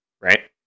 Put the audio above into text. Right